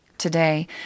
Today